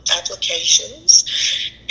applications